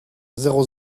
zéro